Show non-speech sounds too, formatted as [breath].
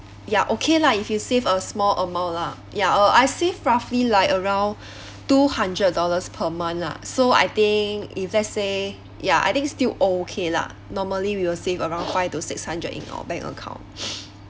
ya okay lah if you save a small amount lah ya uh I save roughly like around [breath] two hundred dollars per month lah so I think if let's say ya I think still okay lah normally we will save around five to six hundred in our bank account [breath]